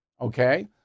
okay